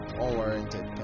unwarranted